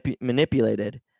manipulated